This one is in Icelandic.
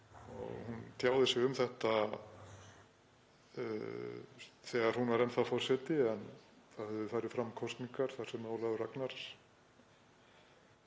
Hún tjáði sig um þetta þegar hún var enn þá forseti en það höfðu farið fram kosningar þar sem Ólafur Ragnar